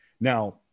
Now